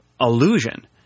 illusion